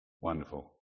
wonderful